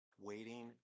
waiting